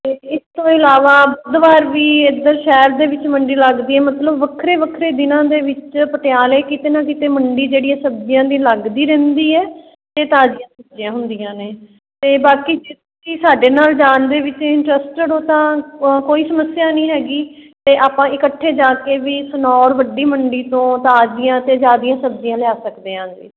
ਅਤੇ ਇਸ ਤੋਂ ਇਲਾਵਾ ਬੁੱਧਵਾਰ ਵੀ ਇੱਧਰ ਸ਼ਹਿਰ ਦੇ ਵਿੱਚ ਮੰਡੀ ਲੱਗਦੀ ਮਤਲਬ ਵੱਖਰੇ ਵੱਖਰੇ ਦਿਨਾਂ ਦੇ ਵਿੱਚ ਪਟਿਆਲੇ ਕਿਤੇ ਨਾ ਕਿਤੇ ਮੰਡੀ ਜਿਹੜੀ ਆ ਸਬਜ਼ੀਆਂ ਦੀ ਲੱਗਦੀ ਰਹਿੰਦੀ ਹੈ ਅਤੇ ਤਾਜ਼ੀਆਂ ਸਬਜ਼ੀਆਂ ਹੁੰਦੀਆਂ ਨੇ ਅਤੇ ਬਾਕੀ ਸਾਡੇ ਨਾਲ ਜਾਣ ਦੇ ਵਿੱਚ ਇੰਟਰਸਟਡ ਹੋ ਤਾਂ ਕੋਈ ਸਮੱਸਿਆ ਨਹੀਂ ਹੈਗੀ ਅਤੇ ਆਪਾਂ ਇਕੱਠੇ ਜਾ ਕੇ ਵੀ ਸਨੌਰ ਵੱਡੀ ਮੰਡੀ ਤੋਂ ਤਾਜ਼ੀਆਂ ਅਤੇ ਜ਼ਿਆਦੀਆਂ ਸਬਜ਼ੀਆਂ ਲਿਆ ਸਕਦੇ ਹਾਂ ਜੀ